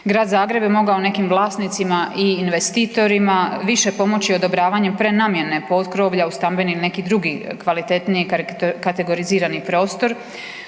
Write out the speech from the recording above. Grad Zagreb je mogao nekim vlasnicima i investitorima više pomoći odobravanjem prenamjene potkrovlja u stambeni ili neki drugi kvalitetniji kategorizirani prostor,